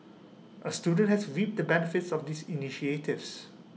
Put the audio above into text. A student has reaped the benefits of these initiatives